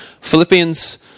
Philippians